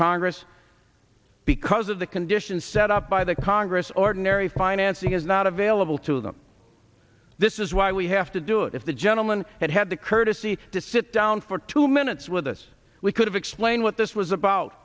congress because of the conditions set up by the congress ordinary financing is not available to them this is why we have to do if the gentleman had had the courtesy to sit down for two minutes with us we could have explained what this was about